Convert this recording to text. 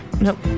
Nope